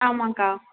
ஆமாம்க்கா